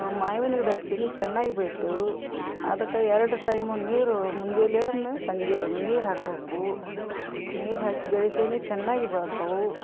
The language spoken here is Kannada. ಮಾವಿನ ಗಿಡ ಹಚ್ಚೀನಿ ಚೆನ್ನಾಗಿ ಬೆಳೆಯುತ್ತೆ ಅವು ಅದಕ್ಕೆ ಎರಡು ಟೈಮೂ ನೀರು ಮುಂಜಾನೆ ಒಮ್ಮೆ ಸಂಜೆಯಲ್ಲೊಮ್ಮೆ ನೀರು ಹಾಕ್ಬೇಕು ನೀರು ಹಾಕಿ ಬೆಳೆಸೀನಿ ಚೆನ್ನಾಗಿ ಬೆಳ್ದವೆ